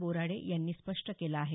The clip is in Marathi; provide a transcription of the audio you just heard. बोराडे यांनी स्पष्ट केलं आहे